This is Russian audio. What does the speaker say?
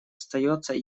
остается